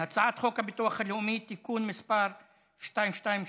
הצעת חוק הביטוח הלאומי (תיקון מס' 223,